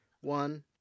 One